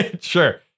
sure